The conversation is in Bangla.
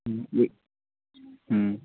হুম এ হুম